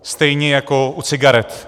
Stejně jako u cigaret.